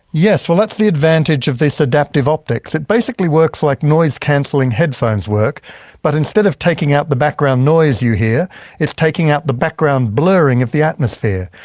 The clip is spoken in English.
yes. that's the advantage of this adaptive optics. it basically works like noise canceling headphones work but instead of taking out the background noise you hear it's taking out the background blurring of the atmosphere.